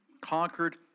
conquered